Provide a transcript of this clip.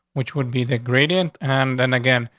which would be the ingredient. and then again,